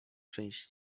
część